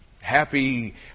happy